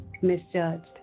Misjudged